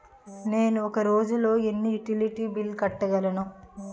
నేను ఒక రోజుల్లో ఎన్ని యుటిలిటీ బిల్లు కట్టగలను?